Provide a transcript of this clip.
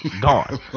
Gone